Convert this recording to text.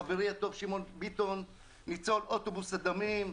חברי הטוב שמעון ביטון ניצול אוטובוס הדמים,